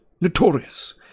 notorious